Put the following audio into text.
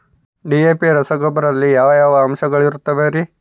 DAP ರಸಗೊಬ್ಬರದಲ್ಲಿ ಯಾವ ಯಾವ ಅಂಶಗಳಿರುತ್ತವರಿ?